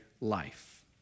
life